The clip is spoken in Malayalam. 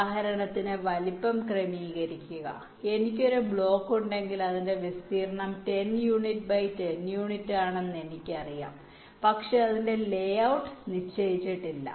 ഉദാഹരണത്തിന് വലുപ്പങ്ങൾ ക്രമീകരിക്കുക എനിക്ക് ഒരു ബ്ലോക്ക് ഉണ്ടെങ്കിൽ അതിന്റെ വിസ്തീർണ്ണം 10 യൂണിറ്റ് ബൈ 10 യൂണിറ്റാണെന്ന് എനിക്കറിയാം പക്ഷേ അതിന്റെ ലേ ഔട്ട് നിശ്ചയിച്ചിട്ടില്ല